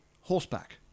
horseback